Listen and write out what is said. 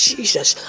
Jesus